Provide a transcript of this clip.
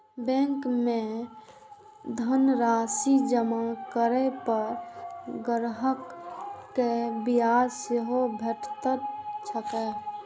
bank मे धनराशि जमा करै पर ग्राहक कें ब्याज सेहो भेटैत छैक